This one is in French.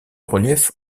relief